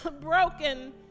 broken